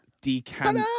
decant